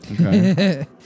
Okay